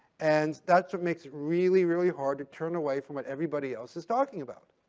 and that's what makes it really, really hard to turn away from what everybody else is talking about.